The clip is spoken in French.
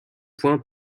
points